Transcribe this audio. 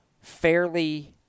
fairly